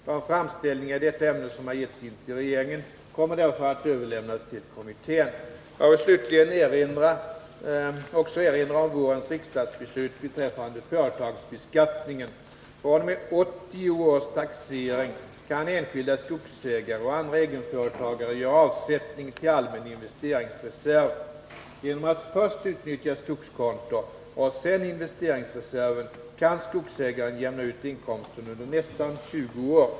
De framställningar i detta ämne som har getts in till regeringen kommer därför att överlämnas till kommittén. Jag vill slutligen också erinra om vårens riksdagsbeslut beträffande företagsbeskattningen. fr.o.m. 1980 års taxering kan enskilda skogsägare och andra egenföretagare göra avsättning till allmän investeringsreserv. Genom att först utnyttja skogskonto och sedan investeringsreserven kan skogsägaren jämna ut inkomsterna under nästan tjugo år.